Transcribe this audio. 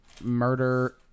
murder